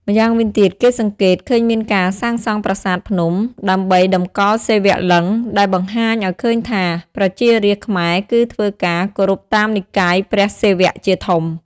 ម្យ៉ាងវិញទៀតគេសង្កេត ឃើញមានការសាងសង់ប្រាសាទភ្នំដើម្បីដំកល់សីវលឹង្គ ដែលបង្ហាញអោយឃើញថា ប្រជារាស្រ្តខ្មែរគឺធ្វើការ គោរពតាមនិកាយព្រះសិវៈជាធំ។